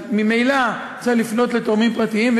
אז ממילא צריך לפנות לתורמים פרטיים,